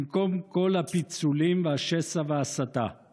במקום כל הפיצולים, השסע וההסתה";